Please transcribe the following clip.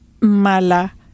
mala